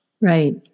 Right